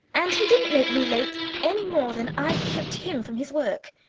and he didn't make me late, any more than i kept him from his work.